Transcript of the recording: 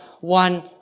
one